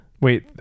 wait